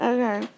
Okay